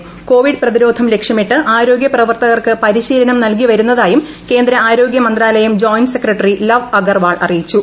ക്ടോവീഡ് പ്രതിരോധം ലക്ഷ്യമിട്ട് ആരോഗ്യ പ്രവർത്തകർക്ക് പരിശീലീനം നൽകിവരുന്നതായും കേന്ദ്ര ആരോഗ്യ മന്ത്രാലയ ജോയിന്റ് സെക്രട്ടറി ലവ് അഗർവാൾ അറിയിച്ചു